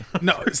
No